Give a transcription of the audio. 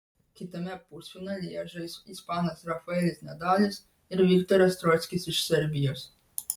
kitame pusfinalyje žais ispanas rafaelis nadalis ir viktoras troickis iš serbijos